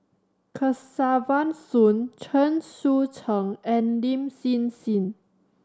Kesavan Soon Chen Sucheng and Lin Hsin Hsin